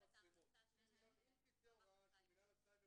----- -אם תצא הוראה של מנהל הסייבר